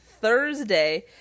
Thursday